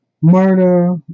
murder